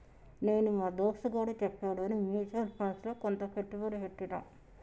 నేను మా దోస్తుగాడు చెప్పాడని మ్యూచువల్ ఫండ్స్ లో కొంత పెట్టుబడి పెట్టిన